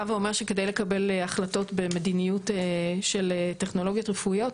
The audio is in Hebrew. ואומר שכדי לקבל החלטות במדיניות של טכנולוגיות רפואיות,